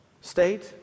state